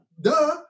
Duh